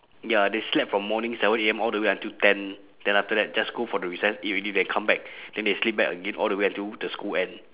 ya they slept from morning seven A_M all the way until ten then after that just go for the recess eat already then come back then they sleep back again all the way until the school end